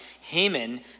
Haman